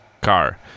car